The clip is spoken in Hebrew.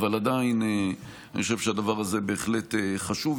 אבל עדיין אני חושב שהדבר הזה בהחלט חשוב.